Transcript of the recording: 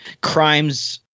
crimes